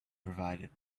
provided